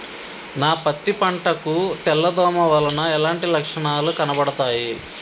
నా పత్తి పంట కు తెల్ల దోమ వలన ఎలాంటి లక్షణాలు కనబడుతాయి?